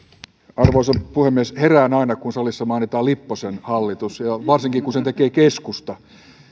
arvoisa puhemies herään aina kun salissa mainitaan lipposen hallitus ja ja varsinkin kun sen tekee keskusta